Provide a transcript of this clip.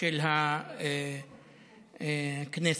של הכנסת.